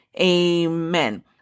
Amen